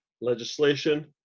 legislation